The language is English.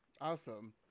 Awesome